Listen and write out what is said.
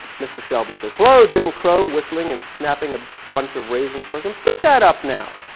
mr. shelby says hello jim crow, whistling and snapping a bunch of raisin sort of and pick that up now.